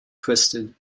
twisted